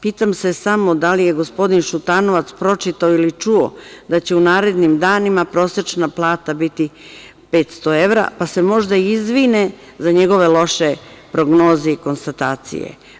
Pitam se samo da li je gospodin Šutanovac pročitao ili čuo, da će u narednim danima prosečna plata biti 500 evra, pa se možda i izvine za njegove loše prognoze i konstatacije.